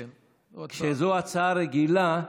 כשזו הצעה רגילה,